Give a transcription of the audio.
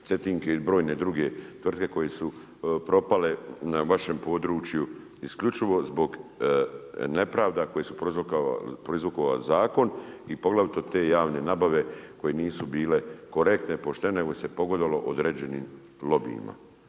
Cetinke i brojne druge tvrtke koje su propale na vašem području, isključivo zbog nepravda koji je prouzrokovao ovaj zakon i poglavito te javne nabave, koje nisu bile korektne, poštene nego im se pogodovalo određenim lobijima.